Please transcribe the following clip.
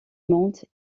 monde